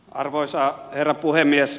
arvoisa herra puhemies